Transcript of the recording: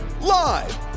Live